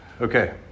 Okay